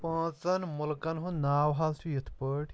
پانٛژن مُلکن ہُنٛد ناو حظ چھُ یِتھ پٲٹھۍ